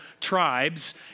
tribes